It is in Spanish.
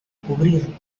cubrirlo